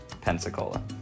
Pensacola